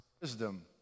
wisdom